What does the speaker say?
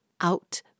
out